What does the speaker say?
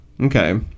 Okay